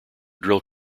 drill